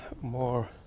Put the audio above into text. more